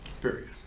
Period